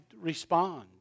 respond